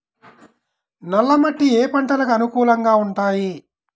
నల్ల మట్టి ఏ ఏ పంటలకు అనుకూలంగా ఉంటాయి?